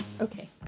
okay